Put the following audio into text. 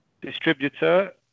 distributor